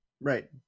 Right